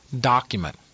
document